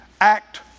Act